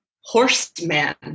Horseman